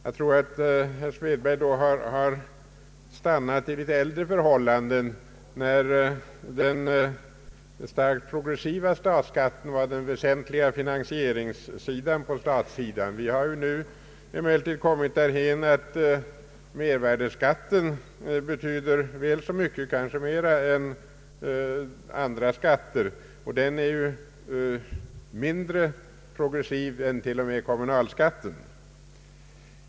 Jag tror att herr Svedberg då har stannat i äldre förhållanden, när den starkt progressiva statsskatten var den väsentliga finansieringsformen för staten. Vi har nu emellertid kommit därhän att mervärdeskatten betyder väl så mycket, kanske mera, och den är ju mindre progressiv än till och med kommunalskatten.